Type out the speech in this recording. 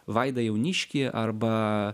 vaidą jauniškį arba